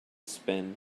spin